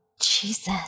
Jesus